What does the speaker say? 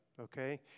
okay